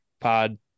pod